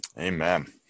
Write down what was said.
Amen